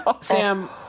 Sam